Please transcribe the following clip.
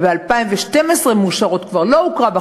וב-2012 "מעושרות" כבר לא הוכרה.